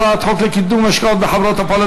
הצעת חוק לקידום השקעות בחברות הפועלות